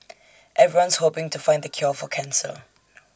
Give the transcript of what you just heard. everyone's hoping to find the cure for cancer